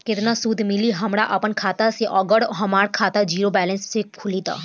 केतना सूद मिली हमरा अपना खाता से अगर हमार खाता ज़ीरो बैलेंस से खुली तब?